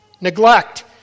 Neglect